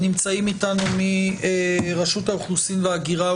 נמצאים איתנו מרשות האוכלוסין וההגירה,